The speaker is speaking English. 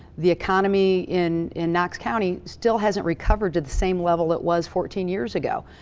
the economy in in knox county still hasn't recovered to the same level it was fourteen years ago.